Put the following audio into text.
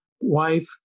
wife